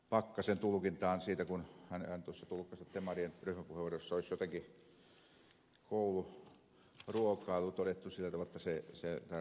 pakkasen tulkintaan siitä kun hän tuossa tulkkasi että demareiden ryhmäpuheenvuorossa olisi kouluruokailu todettu sillä tavalla että ruuan hankinta ei ole mahdollista lähiruokana